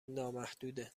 نامحدوده